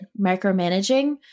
micromanaging